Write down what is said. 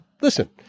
listen